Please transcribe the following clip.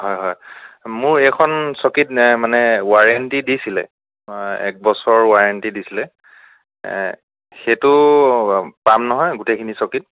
হয় হয় মোৰ এইখন চকীত মানে ৱাৰেন্টী দিছিলে একবছৰ ৱাৰেন্টী দিছিলে সেইটো পাম নহয় গোটেইখিনি চকীত